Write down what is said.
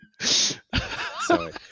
Sorry